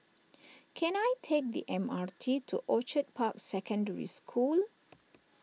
can I take the M R T to Orchid Park Secondary School